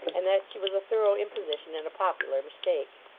and that she was a thorough imposition and a popular mistake!